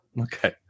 Okay